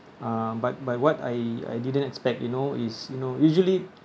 uh but but what I didn't expect you know is you know usually